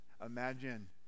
Imagine